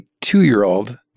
two-year-old